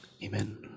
Amen